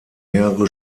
mehrere